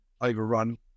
overrun